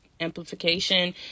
amplification